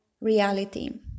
reality